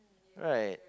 right